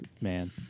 man